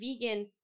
vegan